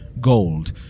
gold